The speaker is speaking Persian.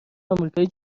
امریکای